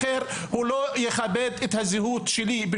האחר הוא לא יכבד את הזהות והנרטיב שלי.